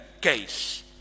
case